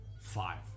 Five